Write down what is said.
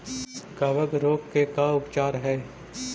कबक रोग के का उपचार है?